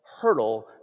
hurdle